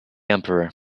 emperor